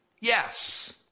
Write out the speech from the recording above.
yes